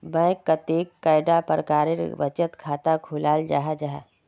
Bank कतेक कैडा प्रकारेर बचत खाता खोलाल जाहा जाहा?